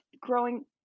growing